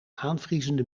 aanvriezende